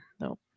Nope